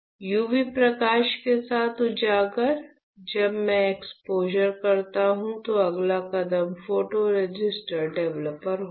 UV प्रकाश के साथ उजागर जब मैं एक्सपोजर करता हूं तो अगला कदम फोटोरेसिस्ट डेवलपर होगा